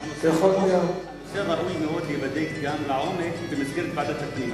ראוי מאוד להיבדק גם לעומק במסגרת ועדת הפנים.